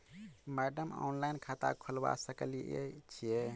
Madam online खाता खोलबा सकलिये छीयै?